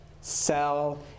Sell